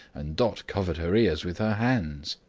and dot covered her ears with her hands.